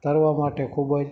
તરવા માટે ખૂબ જ